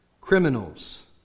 Criminals